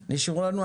נשארו לנו עשרה